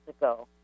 ago